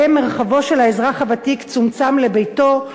שבהם מרחבו של האזרח הוותיק צומצם לביתו,